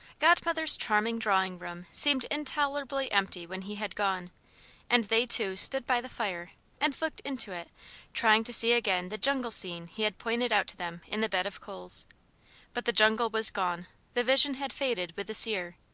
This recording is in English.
godmother's charming drawing-room seemed intolerably empty when he had gone and they two stood by the fire and looked into it trying to see again the jungle scene he had pointed out to them in the bed of coals but the jungle was gone the vision had faded with the seer.